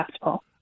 possible